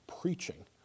preaching